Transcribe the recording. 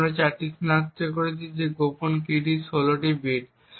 তাই আমরা 4 শনাক্ত করেছি যেটি গোপন কীটির 16 বিট